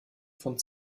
von